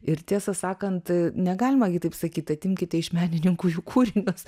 ir tiesą sakant negalima gi taip sakyt atimkite iš menininkų jų kūrinius